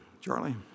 Charlie